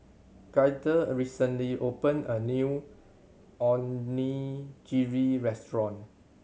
Gaither recently opened a new Onigiri Restaurant